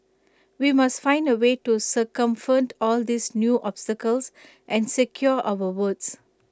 we must find A way to circumvent all these new obstacles and secure our votes